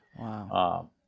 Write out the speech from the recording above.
Wow